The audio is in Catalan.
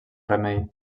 remei